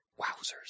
Wowzers